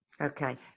okay